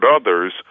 others